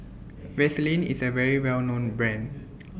Vaselin IS A Well known Brand